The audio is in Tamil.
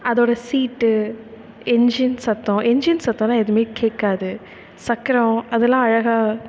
அதோடய சீட்டு என்ஜின் சத்தம் என்ஜின் சத்தல்லாம் எதுவுமே கேட்காது சக்கரம் அதெலாம் அழகாக